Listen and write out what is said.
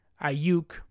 Ayuk